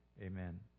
Amen